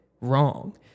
wrong